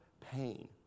pain